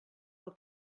pel